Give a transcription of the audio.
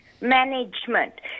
management